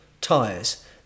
tires